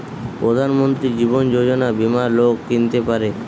প্রধান মন্ত্রী জীবন যোজনা বীমা লোক কিনতে পারে